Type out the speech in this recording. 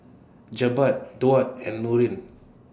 Jebat Daud and Nurin